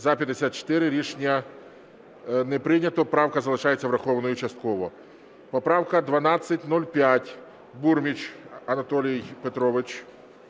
За-54 Рішення не прийнято. Правка залишається врахованою частково. Поправка 1205. Бурміч Анатолій Петрович.